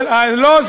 לא,